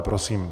Prosím.